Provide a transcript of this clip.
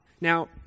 Now